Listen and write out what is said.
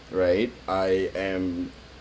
right I am